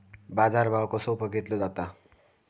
बाजार भाव कसो बघीतलो जाता?